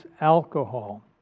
alcohol